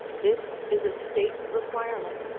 this is a state requirement,